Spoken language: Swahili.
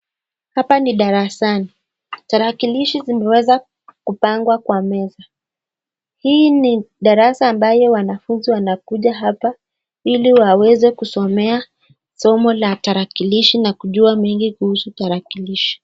Hapa ni darasani. Tarakilishi zimeweza kupangwa kwa meza. Hii ni darasa ambayo wanafunzi wanakuja hapa ili waweze kusomea somo la tarakilishi na kujua mengi kuhusu tarakilishi.